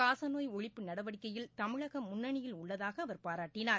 காசநோய் ஒழிப்பு நடவடிக்கையில் தமிழகம் முன்னணியில் உள்ளதாக அவர் பாராட்டினார்